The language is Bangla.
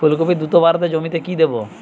ফুলকপি দ্রুত বাড়াতে জমিতে কি দেবো?